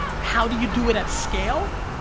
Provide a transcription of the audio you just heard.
how do you do it at scale?